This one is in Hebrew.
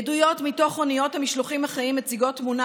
עדויות מתוך אוניות המשלוחים החיים מציגות תמונה